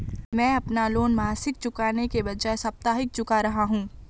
मैं अपना लोन मासिक चुकाने के बजाए साप्ताहिक चुका रहा हूँ